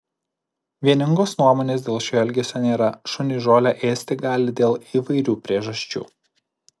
vieningos nuomonės dėl šio elgesio nėra šunys žolę ėsti gali dėl įvairių priežasčių